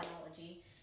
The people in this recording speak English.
biology